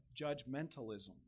judgmentalism